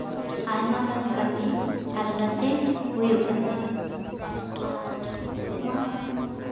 ᱟᱭᱢᱟᱜᱟᱱ ᱠᱟᱹᱢᱤ ᱟᱞᱜᱟ ᱛᱮ ᱦᱩᱭᱩᱜ ᱠᱟᱱᱟ ᱟᱨ ᱱᱚᱣᱟ